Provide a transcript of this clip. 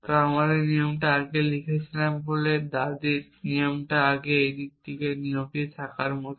তো আমি এই নিয়মটা আগে লিখেছিলাম বলে এই দাদীর নিয়মটা আগে এই দিকে এই নিয়মটা থাকার মতো